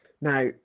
Now